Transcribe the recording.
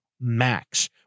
Max